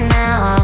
now